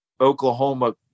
Oklahoma